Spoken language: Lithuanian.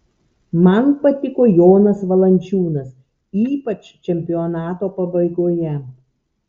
man patiko jonas valančiūnas ypač čempionato pabaigoje